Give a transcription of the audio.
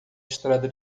estrada